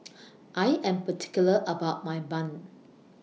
I Am particular about My Bun